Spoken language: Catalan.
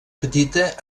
petita